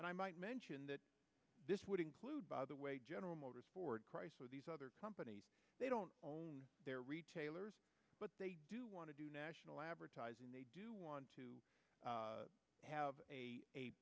and i might mention that this would include by the way general motors ford chrysler these other companies they don't own their retailers but they want to do national advertising want to have